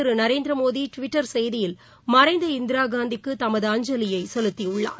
திருநரேந்திரமோடிடுவிட்டர் பிரதமா் மறைந்த இந்திராகாந்திக்குதமது அஞ்சலியைசெலுத்தியுள்ளார்